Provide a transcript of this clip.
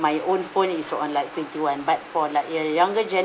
my own phone is so on like twenty one but for like you are the younger generation